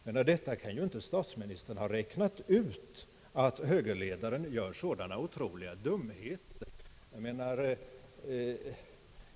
Men statsministern kunde ju inte med detta ha räknat ut, att högerledaren gör sådana otroliga dumheter.